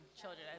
children